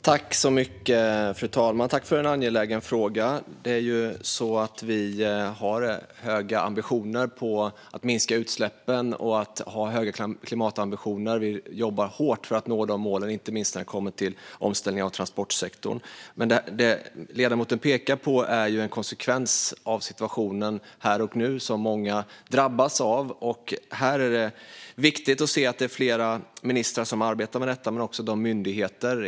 Fru talman! Jag tackar för en angelägen fråga. Vi har höga ambitioner när det gäller att minska utsläppen, och vi har höga klimatambitioner. Vi jobbar hårt för att nå målen, inte minst när det kommer till omställning av transportsektorn. Det som ledamoten pekar på är en konsekvens av situationen här och nu, som många drabbas av. Här är det viktigt att se att flera ministrar men också myndigheter arbetar med detta.